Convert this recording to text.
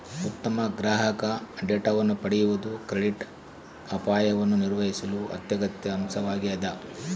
ಉತ್ತಮ ಗ್ರಾಹಕ ಡೇಟಾವನ್ನು ಪಡೆಯುವುದು ಕ್ರೆಡಿಟ್ ಅಪಾಯವನ್ನು ನಿರ್ವಹಿಸಲು ಅತ್ಯಗತ್ಯ ಅಂಶವಾಗ್ಯದ